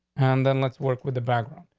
and then let's work with the background.